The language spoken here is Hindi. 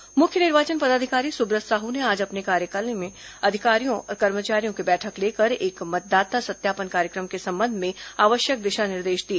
अधिकारियों और मुख्य निर्वाचन पदाधिकारी सुब्रत साहू ने आज अपने कार्यालय में कर्मचारियों की बैठक लेकर मतदाता सत्यापन कार्यक्रम के संबंध में आवश्यक दिशा निर्देश दिए